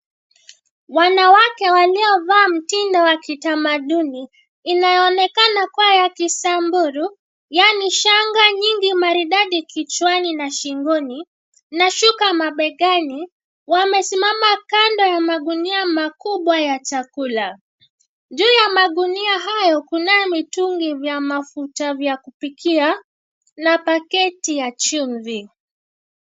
Wanawake waliovaa mtindo wa kitamaduni inayoonekana kua ya kisamburu yaani shanga nyingi maridadi kichwani na shingoni na shuka mabegani, wamesimama kando ya magunia makubwa ya chakula. Juu ya magunia hayo kunayo mitungi vya mafuta vya kupikia na pakiti ya chumvi.